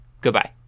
Goodbye